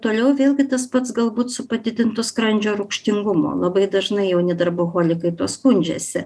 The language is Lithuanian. toliau vėlgi tas pats galbūt su padidintu skrandžio rūgštingumu labai dažnai jauni darboholikai tuo skundžiasi